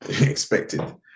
expected